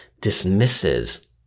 dismisses